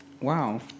Wow